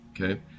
okay